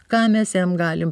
ką mes jam galim